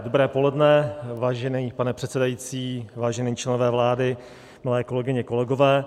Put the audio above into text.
Dobré poledne, vážený pane předsedající, vážení členové vlády, milé kolegyně, kolegové.